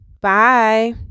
Bye